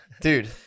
dude